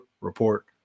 Report